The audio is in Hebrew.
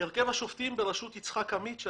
עם חלוף הזמן,